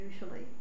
usually